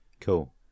Cool